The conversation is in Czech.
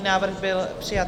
Návrh byl přijat.